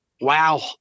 wow